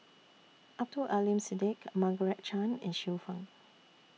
Abdul Aleem Siddique Margaret Chan and Xiu Fang